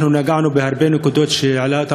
אנחנו נגענו בהרבה נקודות שהשר העלה,